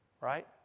right